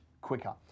quicker